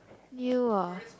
new ah